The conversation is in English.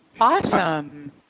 Awesome